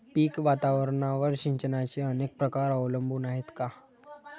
पीक वातावरणावर सिंचनाचे अनेक प्रकार अवलंबून आहेत का?